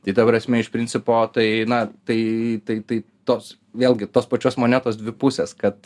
tai ta prasme iš principo tai na tai tai tai tos vėlgi tos pačios monetos dvi pusės kad